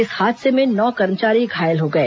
इस हादसे में नौ कर्मचारी घायल हो गए